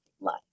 life